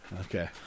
Okay